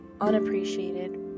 unappreciated